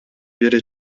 бери